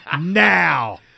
now